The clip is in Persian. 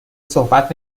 صحبت